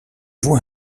vous